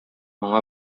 моңа